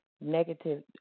negative